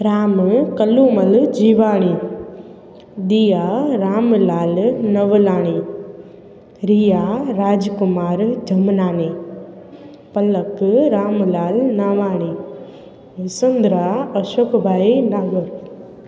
Ram Kallumal Jeevani Diya Ramlal Navlani Riya Rajkumar Jamnani Palak Ramlal Navani Sundra Ashok bhai Nagar